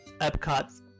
Epcot